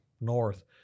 north